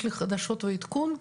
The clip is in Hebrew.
יש לי חדשות ועדכון,